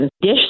dish